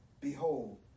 Behold